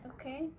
Okay